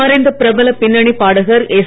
மறைந்த பிரபல பின்னணி பாடகர் எஸ்